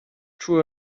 true